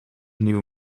nieuwe